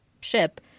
ship